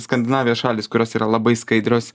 skandinavijos šalys kurios yra labai skaidrios